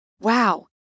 wow